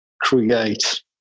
create